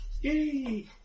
Yay